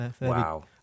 Wow